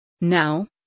Now